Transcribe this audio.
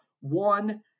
one